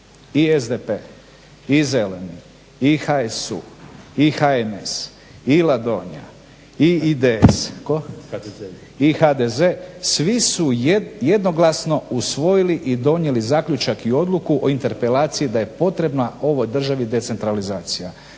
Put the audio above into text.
i SDP i Zeleni, i HSU, i HNS i Ladonja i IDS i HDZ svi su jednoglasno usvojili i donijeli zaključak i odluku o interpelaciji da je potrebna ovoj državi decentralizacija.